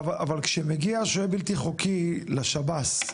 אבל כשמגיע שוהה בלתי חוקי לשב"ס,